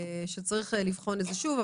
שצריך לבחון את זה שוב.